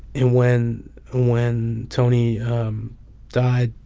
and when when tony died,